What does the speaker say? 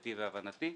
ידיעתי והבנתי.